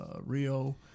Rio